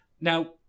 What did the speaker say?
Now